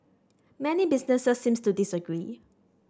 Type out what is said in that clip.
many businesses seems to disagree